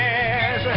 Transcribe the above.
Yes